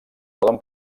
poden